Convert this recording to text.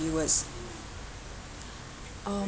viewers um